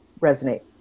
resonate